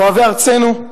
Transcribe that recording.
אוהבי ארצנו,